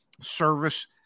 service